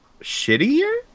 shittier